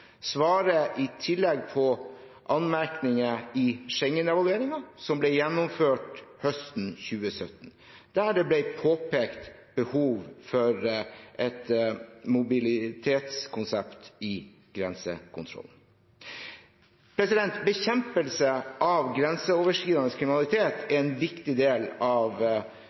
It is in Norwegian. i tillegg på anmerkninger i Schengen-evalueringen som ble gjennomført høsten 2017, der det ble påpekt behov for et mobilitetskonsept i grensekontrollen. Bekjempelse av grenseoverskridende kriminalitet er en viktig del av